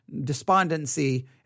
despondency